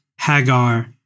Hagar